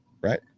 right